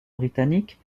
britannique